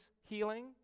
healing